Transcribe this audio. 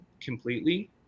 completely